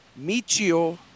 Michio